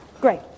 Great